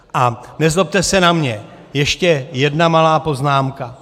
A nezlobte se na mě, ještě jedna malá poznámka.